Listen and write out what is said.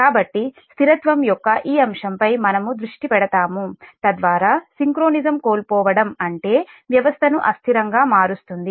కాబట్టి స్థిరత్వం యొక్క ఈ అంశంపై మనము దృష్టి పెడతాము తద్వారా సింక్రోనిజం కోల్పోవడం అంటే వ్యవస్థను అస్థిరంగా మారుస్తుంది